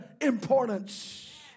importance